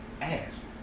ass